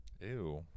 Ew